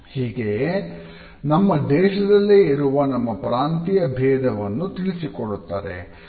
ಹೀಗಿಯೇ ನಮ್ಮ ದೇಶದಲ್ಲಿಯೇ ಇರುವ ನಮ್ಮ ಪ್ರಾಂತೀಯ ಭೇಧವನ್ನು ತಿಳಿಸಿಕೊಡುತ್ತದೆ